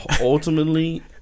Ultimately